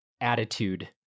attitude